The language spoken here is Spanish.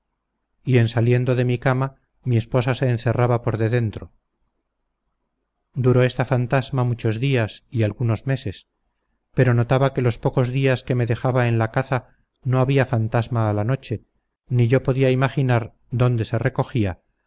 mi cama mi esposa se encerraba por de dentro duró esta fantasma muchos días y algunos meses pero notaba que los pocos días que me dejaba en la caza no había fantasma a la noche ni yo podía imaginar dónde se recogía